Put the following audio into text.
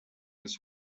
its